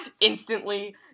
instantly